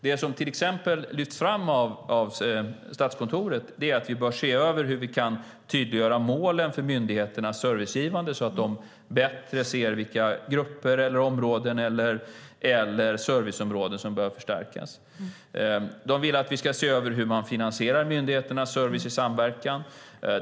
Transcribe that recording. Det som till exempel lyfts fram av Statskontoret är att vi bör se över hur vi kan tydliggöra målen för myndigheternas servicegivande, så att de bättre ser vilka grupper eller serviceområden som bör förstärkas. Man vill att vi ska se över hur vi finansierar myndigheternas service i samverkan.